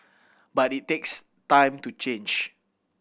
but it takes time to change